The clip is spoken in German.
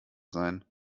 sein